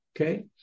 okay